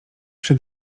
przy